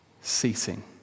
ceasing